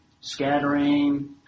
scattering